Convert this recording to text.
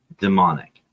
demonic